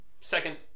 second